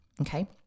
Okay